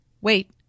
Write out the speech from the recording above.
wait